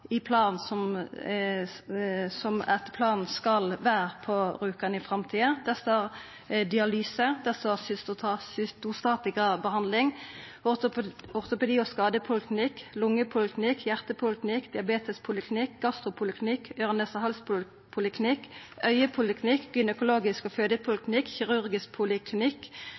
i planen som etter planen skal vera på Rjukan i framtida. Det står dialyse, det står cytostatikabehandling. Ortopedi- og skadepoliklinikk, lungepoliklinikk, hjartepoliklinikk, diabetespoliklinikk, gastropoliklinikk, øyre-nase-hals-poliklinikk, augepoliklinikk, gynekologisk poliklinikk og fødepoliklinikk og kirurgisk poliklinikk